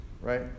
right